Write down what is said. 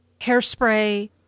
Hairspray